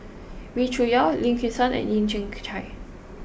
Wee Cho Yaw Lim Kim San and Yeo Kian Chai